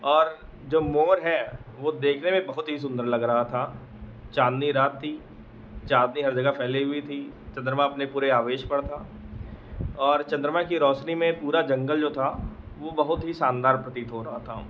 और जो मोर है वह देखने में बहुत ही सुन्दर लग रहा था चाँदनी रात थी चाँदनी हर जगह फैली हुई थी चन्द्रमा अपने पूरे आवेश पर था और चन्द्रमा की रोशनी में पूरा जंगल जो था वह बहुत ही शानदार प्रतीत हो रहा था